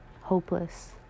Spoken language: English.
hopeless